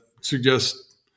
suggest